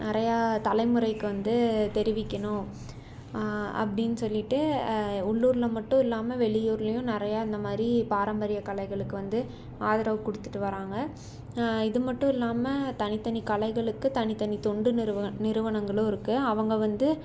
நிறையா தலைமுறைக்கு வந்து தெரிவிக்கணும் அப்டின்னு சொல்லிவிட்டு உள்ளூரில் மட்டும் இல்லாமல் வெளியூர்லேயும் நிறையா இந்த மாதிரி பாரம்பரிய கலைகளுக்கு வந்து ஆதரவு கொடுத்துட்டு வர்றாங்க இது மட்டும் இல்லாமல் தனித்தனி கலைகளுக்கு தனித்தனி தொண்டு நிறுவனம் நிறுவனங்களும் இருக்கு அவங்க வந்து